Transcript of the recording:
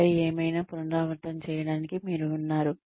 ఆపై ఏమైనా పునరావృతం చేయడానికి మీరు ఉన్నారు